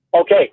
Okay